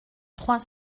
trois